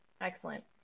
excellent